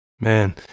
Man